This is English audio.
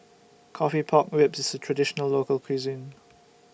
Coffee Pork Ribs IS A Traditional Local Cuisine